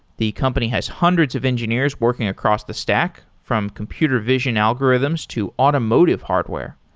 the company has hundreds of engineers working across the stack, from computer vision algorithms to automotive hardware.